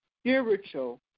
spiritual